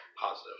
Positive